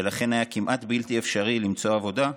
ולכן היה כמעט בלתי אפשרי למצוא עבודה,